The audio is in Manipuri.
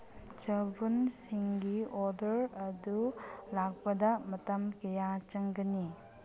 ꯆꯕꯨꯟꯁꯤꯡꯒꯤ ꯑꯣꯗꯔ ꯑꯗꯨ ꯂꯥꯛꯄꯗ ꯃꯇꯝ ꯀꯌꯥ ꯆꯪꯒꯅꯤ